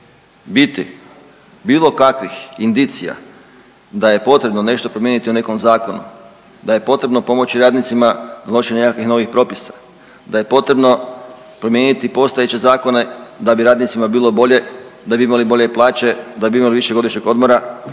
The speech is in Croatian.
biti bilo kakvih indicija da je potrebno nešto promijeniti u nekom zakonu, da je potrebno pomoći radnicima donošenjem nekakvih novih propisa, da je potrebno promijeniti postojeće zakone da bi radnicima bilo bolje, da bi imali bolje plaće, da bi imali više godišnjeg odmora,